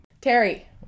Terry